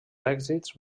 èxits